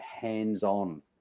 hands-on